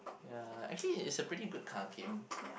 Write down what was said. ya actually it's a pretty good kind of game